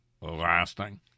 lasting